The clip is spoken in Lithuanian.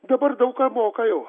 dabar daug ką moka jau